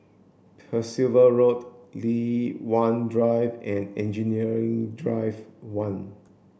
Percival Road Li Hwan Drive and Engineering Drive one